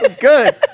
good